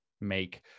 make